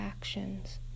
actions